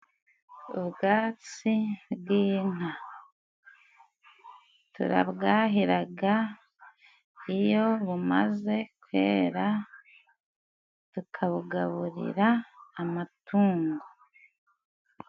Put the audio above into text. Ubwatsi bw'inka turabwahiraga, iyo bumaze kwera tukabugaburira amatungo.